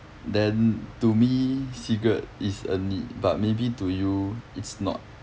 then to me cigarette is a need but maybe to you it's not